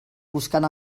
buscant